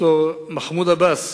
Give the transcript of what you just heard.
ד"ר מחמוד עבאס,